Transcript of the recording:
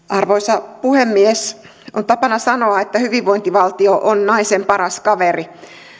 arvoisa puhemies on tapana sanoa että hyvinvointivaltio on naisen paras kaveri